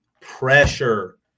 Pressure